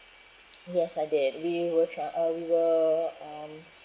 yes I did we were tra~ uh we were um